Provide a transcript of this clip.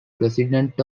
president